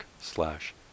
slash